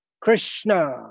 Krishna